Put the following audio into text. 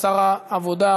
שר העבודה,